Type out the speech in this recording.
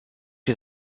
jij